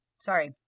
sorry